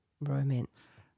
romance